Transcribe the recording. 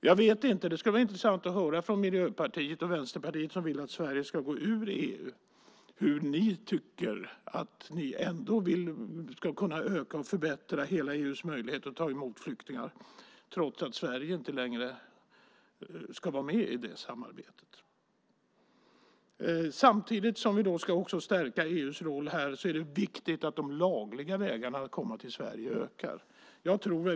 Jag vet inte, men det skulle vara intressant att höra från er i Miljöpartiet och Vänsterpartiet, som vill att Sverige ska gå ur EU, hur ni vill att man ska öka och förbättra hela EU:s möjlighet att ta emot flyktingar även om Sverige inte längre skulle vara med i det samarbetet. Samtidigt som vi ska stärka EU:s roll är det viktigt att de lagliga vägarna att komma till Sverige ökar.